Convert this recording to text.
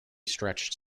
stretched